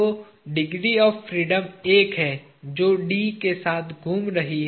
तो degree of freedom एक है जो D के साथ में घूम रही है